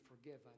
forgiven